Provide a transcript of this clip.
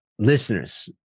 Listeners